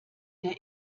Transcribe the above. der